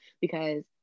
because-